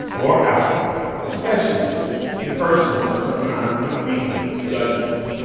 or outlook especially a personal and sometimes unreasoned judgment.